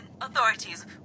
authorities